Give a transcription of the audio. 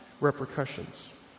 repercussions